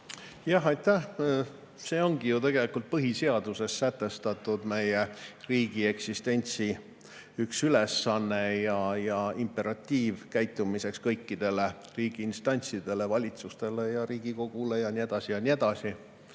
Aitäh! Ongi ju tegelikult põhiseaduses sätestatud meie riigi eksistentsi [eesmärgil] üks ülesanne ja imperatiiv käitumiseks kõikidele riigiinstantsidele, valitsusele ja Riigikogule, ja nii edasi: hoida